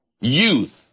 Youth